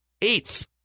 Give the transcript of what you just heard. eighth